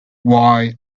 why